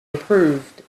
improved